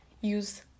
use